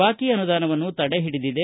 ಬಾಕಿ ಅನುದಾನವನ್ನು ತಡೆ ಹಿಡಿದಿದೆ